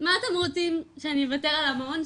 מה אתם רוצים שאני אוותר על המעון,